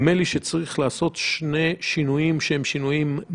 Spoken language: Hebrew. נדמה לי שצריך לעשות שני שינויים מהותיים,